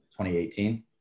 2018